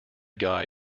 guy